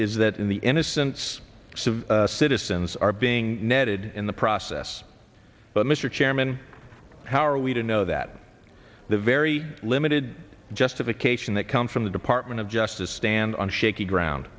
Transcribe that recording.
is that in the innocence of citizens are being netted in the process but mr chairman how are we to know that the very limited justification that comes from the department of justice stand on shaky ground